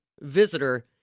visitor